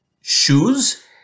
Shoes